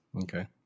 okay